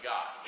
God